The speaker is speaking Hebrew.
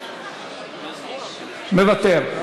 מוותר.